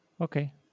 Okay